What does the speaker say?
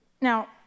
Now